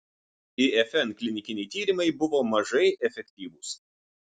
ifn klinikiniai tyrimai buvo mažai efektyvūs